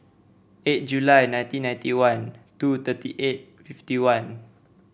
eight July nineteen ninety one two thirty eight fifty one